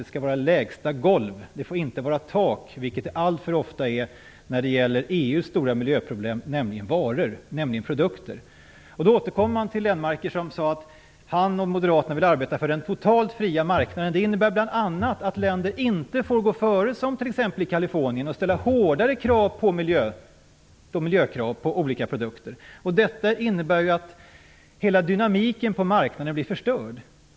Det skall vara lägsta golv. Det får inte vara ett tak, vilket det alltför ofta är när det gäller EU:s stora miljöproblem, nämligen varor, produkter. Då återkommer vi till Göran Lennmarker som sade att han och moderaterna vill arbeta för den totalt fria marknaden. Det innebär bl.a. att länder inte får gå före och ställa hårdare miljökrav på olika produkter, som man t.ex. har gjort i Kalifornien. Detta innebär att hela dynamiken på marknaden blir förstörd.